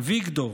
אביגדור,